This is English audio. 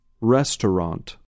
Restaurant